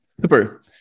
Super